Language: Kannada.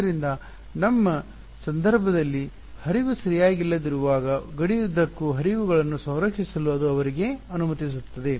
ಆದ್ದರಿಂದ ನಮ್ಮ ಸಂದರ್ಭದಲ್ಲಿ ಹರಿವು ಸರಿಯಾಗಿಲ್ಲದಿರುವಾಗ ಗಡಿಯುದ್ದಕ್ಕೂ ಹರಿವುಗಳನ್ನು ಸಂರಕ್ಷಿಸಲು ಅದು ಅವರಿಗೆ ಅನುಮತಿಸುತ್ತದೆ